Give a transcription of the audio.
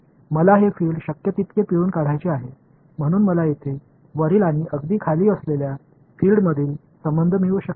मला हे फील्ड शक्य तितके पिळून काढायचे आहे म्हणून मला येथे वरील आणि अगदी खाली असलेल्या फील्डमधील संबंध मिळू शकेल